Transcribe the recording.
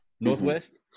northwest